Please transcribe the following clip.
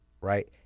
right